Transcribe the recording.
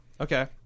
Okay